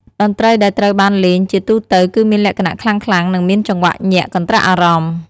តន្ត្រីដែលត្រូវបានលេងជាទូទៅគឺមានលក្ខណៈខ្លាំងៗ និងមានចង្វាក់ញាក់កន្រ្ដាក់អារម្មណ៍។